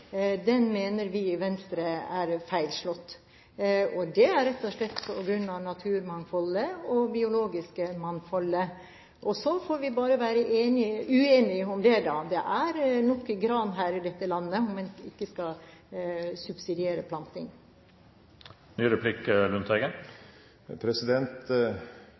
den massive utbyggingen av skogsbilveier mener vi i Venstre er feilslått. Det er rett og slett på grunn av naturmangfoldet og det biologiske mangfoldet. Så får vi bare være uenige om det, da. Det er nok gran i dette landet om vi ikke skal subsidiere